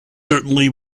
certainly